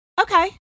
Okay